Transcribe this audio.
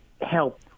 help